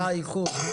אנחנו באיחור של שעה.